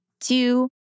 two